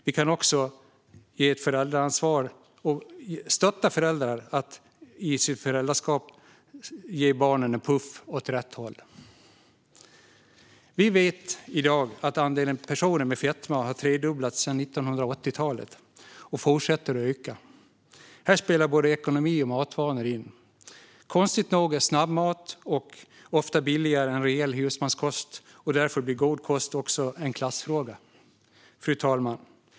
Vi kan också stötta föräldrar att i deras föräldraansvar och föräldraskap ge barnen en puff åt rätt håll. Vi vet i dag att andelen personer med fetma har tredubblats sedan 1980-talet och fortsätter öka. Här spelar både ekonomi och matvanor in. Konstigt nog är snabbmat ofta billigare är rejäl husmanskost, och därför blir god kost också en klassfråga.